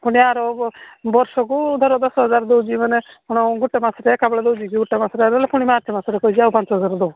ପୁଣି ଆର ବର୍ଷକୁ ଧର ଦଶ ହଜାର ଦେଉଛି ମାନେ କ'ଣ ଗୋଟେ ମାସରେ ଏକାବେଳେ ଦେଉଛି ଗୋଟେ ମାସରେ ହେଲେ ପୁଣି ମାର୍ଚ୍ଚ ମାସରେ କହିକି ଆଉ ପାଞ୍ଚ ହଜାର ଦେବ